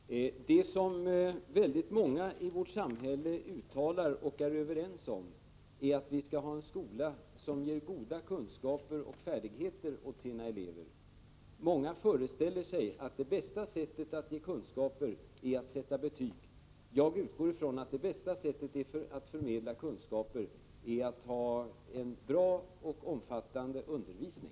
Herr talman! Det som väldigt många i vårt samhälle uttalar och är överens om är att vi skall ha en skola som ger eleverna goda kunskaper och färdigheter. Många föreställer sig att bästa sättet att ge kunskaper är att sätta betyg. Jag utgår ifrån att det bästa sättet att förmedla kunskaper är att ha en bra och omfattande undervisning.